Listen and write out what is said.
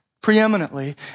preeminently